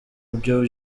byo